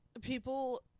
people